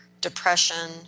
depression